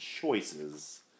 Choices